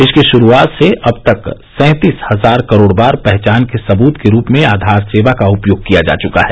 इसकी शुरूआत से अब तक सैंतीस हजार करोड़ बार पहचान के सबूत के रूप में आधार सेवा का उपयोग किया जा चुका है